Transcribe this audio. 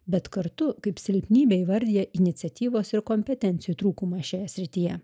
bet kartu kaip silpnybę įvardija iniciatyvos ir kompetencijų trūkumą šioje srityje